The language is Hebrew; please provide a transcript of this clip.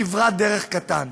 כברת דרך קטנה.